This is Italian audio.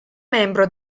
membro